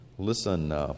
Listen